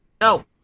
No